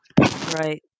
right